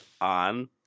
on